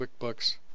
QuickBooks